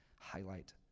highlight